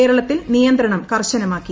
കേരളത്തിൽ നിയന്ത്രണം കർശനമാക്കി